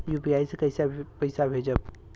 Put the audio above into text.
UPI से कईसे पैसा भेजब?